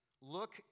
Look